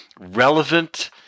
relevant